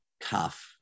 cuff